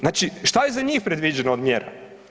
Znači, šta je za njih predviđeno od mjera?